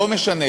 לא משנה,